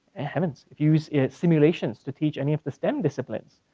heavens, use simulations to teach any of the stem disciplines,